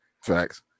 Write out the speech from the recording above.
Facts